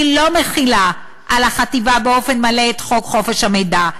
היא לא מחילה על החטיבה באופן מלא את חוק חופש המידע,